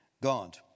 God